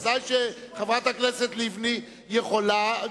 ודאי שחברת הכנסת לבני יכולה,